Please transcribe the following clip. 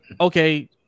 okay